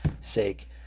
sake